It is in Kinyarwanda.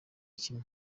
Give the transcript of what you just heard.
kimwe